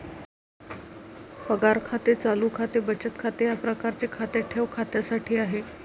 पगार खाते चालू खाते बचत खाते या प्रकारचे खाते ठेव खात्यासाठी आहे